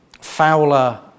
Fowler